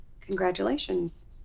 Congratulations